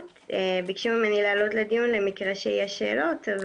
ביקשו ממני לעלות לדיון למקרה שיהיו שאלות.